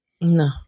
No